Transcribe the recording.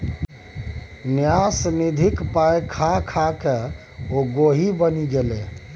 न्यास निधिक पाय खा खाकए ओ गोहि बनि गेलै